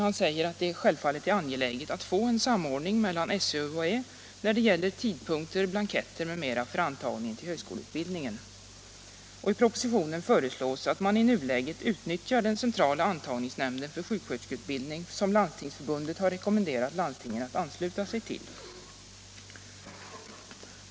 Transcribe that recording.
Han säger dock att det självfallet är angeläget att få en samordning mellan SÖ och UHÄ när det gäller tidpunkter, blanketter m.m. för antagning till högskoleutbildningen. I propositionen föreslås att man i nuläget utnyttjar den centrala antagningsnämnd för sjuksköterskeutbildning som Landstingsförbundet har rekommenderat landstingen att ansluta sig till.